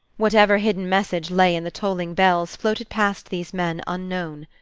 whatever hidden message lay in the tolling bells floated past these men unknown.